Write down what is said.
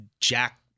Jack